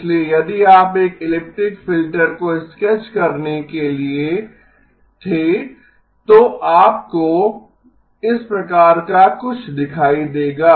इसलिए यदि आप एक इलिप्टिक फिल्टर को स्केच करने के लिए थे तो आपको इस प्रकार का कुछ दिखाई देगा